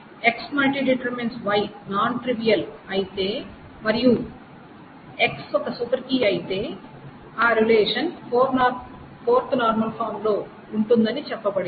X↠Y non trivial అయితే మరియు X ఒక సూపర్ కీ అయితే ఆ రిలేషన్ 4NF లో ఉంటుందని చెప్పబడింది